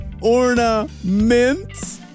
Ornaments